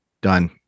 done